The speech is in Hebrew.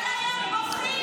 די להתבכיין כבר.